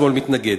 השמאל מתנגד,